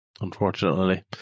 unfortunately